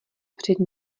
před